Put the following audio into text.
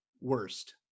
worst